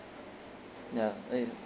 ya I